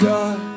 God